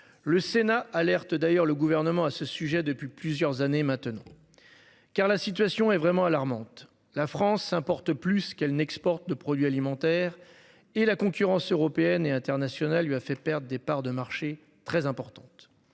le Sénat alerte d'ailleurs le gouvernement à ce sujet depuis plusieurs années maintenant. Car la situation est vraiment alarmante. La France importe plus qu'elle n'exporte de produits alimentaires et la concurrence européenne et internationale lui a fait perdre des parts de marché très importantes.